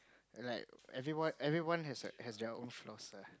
like everyone everyone has their their own flaws lah